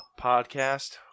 podcast